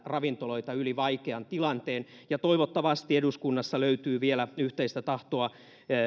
ravintoloita yli vaikean tilanteen ja toivottavasti eduskunnassa löytyy vielä yhteistä tahtoa